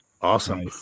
Awesome